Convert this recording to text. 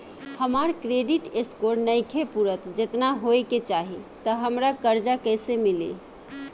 हमार credit score नईखे पूरत जेतना होए के चाही त हमरा कर्जा कैसे मिली?